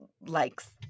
likes